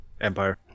Empire